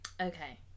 Okay